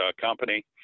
company